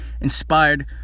inspired